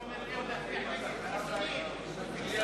רבותי חברי הכנסת, נא להסביר לעוזרים שלכם